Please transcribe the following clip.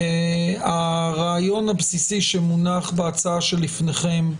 הרעיון הבסיסי שמונח בהצעה שלפניכם הוא